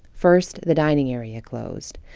first, the dining area closed.